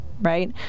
right